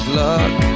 luck